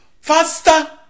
Faster